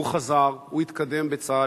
הוא חזר, הוא התקדם בצה"ל.